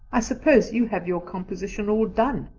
i suppose you have your composition all done?